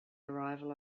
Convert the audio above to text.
arrival